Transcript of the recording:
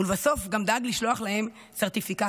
ולבסוף גם דאג לשלוח להם סרטיפיקטים,